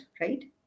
Right